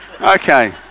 Okay